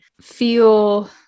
feel